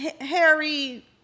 Harry